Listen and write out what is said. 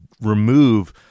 remove